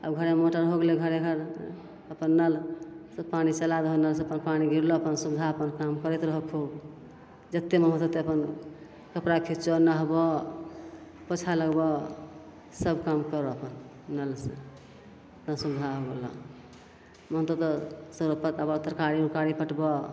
आब घरे मोटर हो गेलै घरे घर अपन नलसे पानी चला दहो नलसे अपन पानी गिरलऽ अपन सुविधा अपन काम करैत रहऽ खूब जतेक मोन हो ततेक अपन कपड़ा खिचऽ नहबऽ पोछा लगबऽ सब काम करऽ अपन नलसे एतना सुविधा हो गेलै मोन हउ तऽ परका तरकारी उरकारी पटबऽ